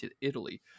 Italy